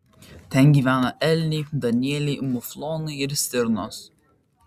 ten gyvena elniai danieliai muflonai ir stirnos